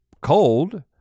cold